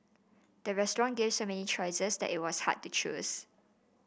the restaurant gave so many choices that it was hard to choose